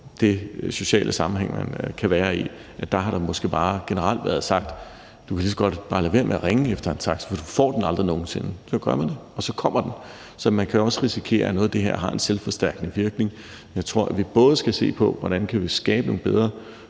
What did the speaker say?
den sociale sammenhæng, man kan være i, måske bare generelt har været sagt: Du kan lige så godt bare lade være med at ringe efter en taxa, for du får den aldrig nogen sinde. Så gør man det, og så kommer den. Så man kan også risikere, at noget af det her har en selvforstærkende virkning. Jeg tror, at vi både skal se på, hvordan vi kan skabe nogle bedre